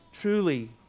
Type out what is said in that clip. truly